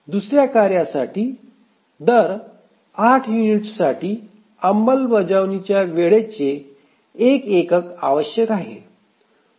दुसर्या कार्यासाठी दर 8 युनिट्ससाठी अंमलबजावणीच्या वेळेचे 1 एकक आवश्यक आहे